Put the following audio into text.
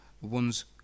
one's